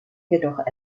jedoch